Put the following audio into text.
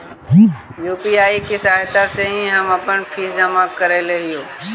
UPI की सहायता से ही हम अपन फीस जमा करअ हियो